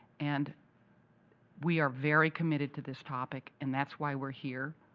and we are very committed to this topic, and that's why we're here.